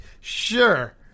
Sure